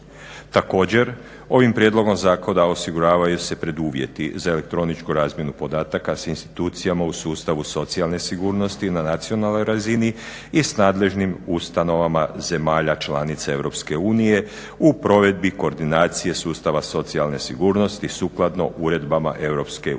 Također ovim prijedlogom zakona osiguravaju se preduvjeti za elektroničku razmjenu podataka s institucijama u sustavu socijalne sigurnosti na nacionalnoj razini i s nadležnim ustanovama zemalja članica EU u provedbi koordinacije sustava socijalne sigurnosti sukladno uredbama EU.